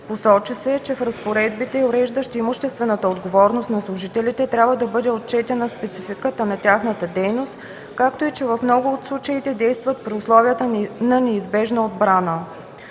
Посочи се, че в разпоредбите, уреждащи имуществената отговорност на служителите трябва да бъде отчетена спецификата на тяхната дейност, както и че в много от случаите действат при условията на неизбежна отбрана.